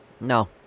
No